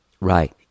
Right